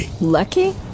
Lucky